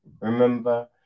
remember